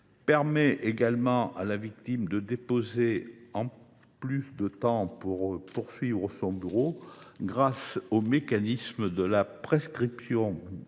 permet également à la victime de disposer de davantage de temps pour poursuivre son bourreau, grâce au mécanisme de la prescription glissante.